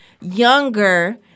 younger